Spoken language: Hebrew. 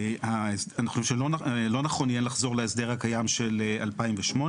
שאנחנו חושבים שלא נכון יהיה לחזור להסדר הקיים של 2008,